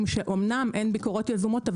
אמנם אין ביקורות יזומות,